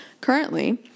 Currently